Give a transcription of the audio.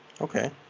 Okay